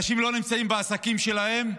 אנשים לא נמצאים בעסקים שלהם,